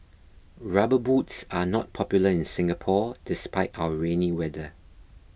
rubber boots are not popular in Singapore despite our rainy weather